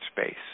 space